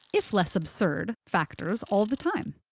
if less absurd, factors all the time.